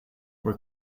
were